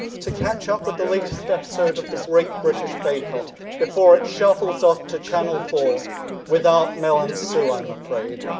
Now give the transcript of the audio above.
to catch up with the latest episode of the great british bake off before it shuffles off to channel four without mel and sue, i'm afraid.